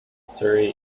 surrey